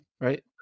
right